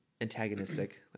antagonistic